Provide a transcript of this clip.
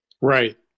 Right